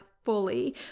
fully